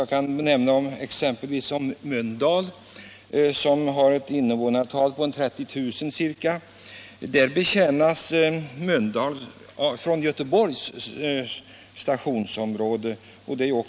Jag kan nämna att Mölndal, med ca 30 000 invånare, numera betjänas från Göteborgs stationsområde.